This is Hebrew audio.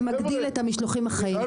זה מגדיל את המשלוחים החיים,